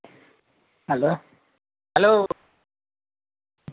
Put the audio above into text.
hello hello